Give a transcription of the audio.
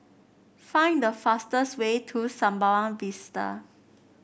find the fastest way to Sembawang Vista